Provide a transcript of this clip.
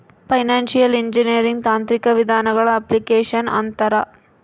financial engineering ತಾಂತ್ರಿಕ ವಿಧಾನಗಳ application ಅಂತಾರ